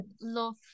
love